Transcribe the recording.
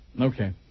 Okay